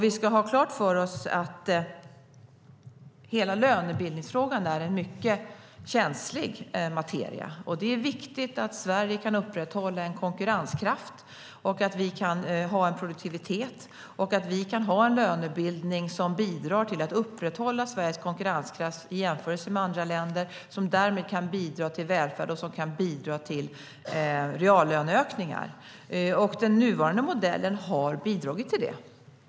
Vi ska ha klart för oss att hela lönebildningsfrågan är mycket känslig. Det är viktigt att Sverige kan upprätthålla en konkurrenskraft och att vi kan ha en produktivitet. Det är viktigt att vi kan ha en lönebildning som bidrar till att upprätthålla Sveriges konkurrenskraft i jämförelse med andra länder och därmed kan bidra till välfärd och reallöneökningar. Den nuvarande modellen har bidragit till det.